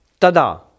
Tada